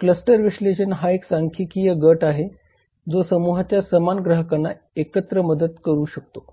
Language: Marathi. क्लस्टर विश्लेषण हा एक सांख्यिकीय गट आहे जो समूहाच्या समान ग्राहकांना एकत्र मदत करू शकतो